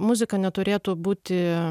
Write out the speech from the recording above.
muzika neturėtų būti